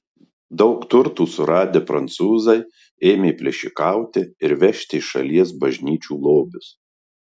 daug turtų suradę prancūzai ėmė plėšikauti ir vežti iš šalies bažnyčių lobius